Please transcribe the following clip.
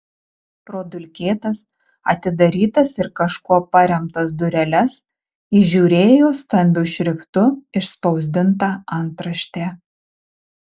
pro dulkėtas atidarytas ir kažkuo paremtas dureles įžiūrėjo stambiu šriftu išspausdintą antraštę